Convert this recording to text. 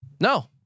no